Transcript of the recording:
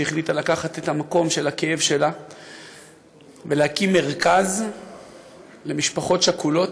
שהחליטה לקחת את המקום של הכאב שלה ולהקים מרכז למשפחות שכולות,